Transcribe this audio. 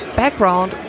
background